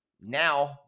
now